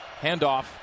Handoff